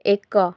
ଏକ